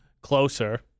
Closer